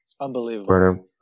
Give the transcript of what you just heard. Unbelievable